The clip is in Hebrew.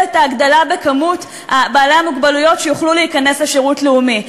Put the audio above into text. את ההגדלה במספר בעלי המוגבלויות שיוכלו להיכנס לשירות לאומי.